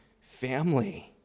family